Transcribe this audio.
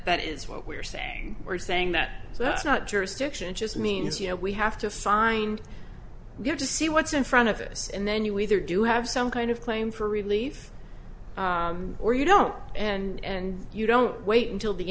that is what we're saying we're saying that that's not jurisdiction just means you know we have to find good to see what's in front of us and then you either do have some kind of claim for relief or you don't and you don't wait until the